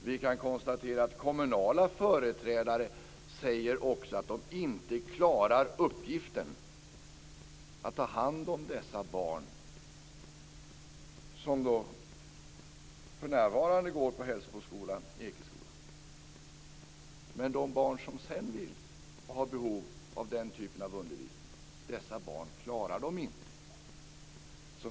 Vi kan också konstatera att kommunala företrädare ofta säger att de inte klarar uppgiften att ta hand om de barn som för närvarande går på Hällsboskolan och på Ekeskolan.